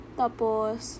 tapos